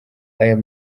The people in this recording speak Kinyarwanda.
ayo